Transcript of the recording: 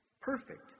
Perfect